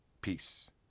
Peace